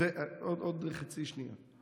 עוד חצי שנייה.